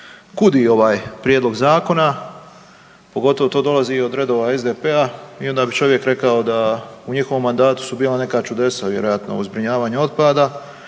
kudi ovaj prijedlog zakona, pogotovo to dolazi od redova SDP-a i onda bi čovjek rekao da u njihovom mandatu su bila neka čudesa vjerojatno u zbrinjavanju otpada.